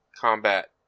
combat